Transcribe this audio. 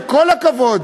וכל הכבוד,